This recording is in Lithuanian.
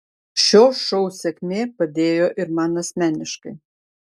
šio šou sėkmė padėjo ir man asmeniškai